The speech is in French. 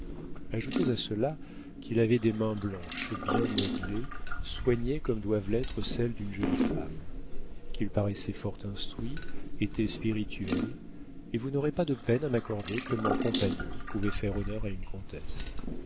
ajoutez à cela qu'il avait des mains blanches bien modelées soignées comme doivent l'être celles d'une jolie femme qu'il paraissait fort instruit était spirituel et vous n'aurez pas de peine à m'accorder que mon compagnon pouvait faire honneur à une comtesse